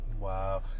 wow